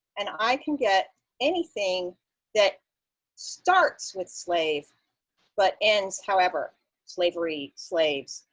and i can get anything that starts with slave but ends however slavery, slaves,